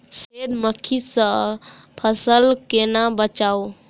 सफेद मक्खी सँ फसल केना बचाऊ?